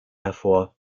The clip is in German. hervor